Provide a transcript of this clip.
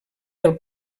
del